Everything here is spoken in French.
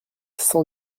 cent